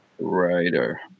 Writer